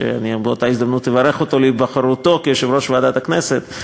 שבאותה הזדמנות אברך אותו על היבחרו ליושב-ראש ועדת הכנסת,